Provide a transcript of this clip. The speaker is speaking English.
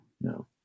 no